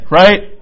right